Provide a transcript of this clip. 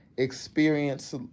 experience